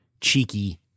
cheeky